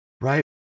right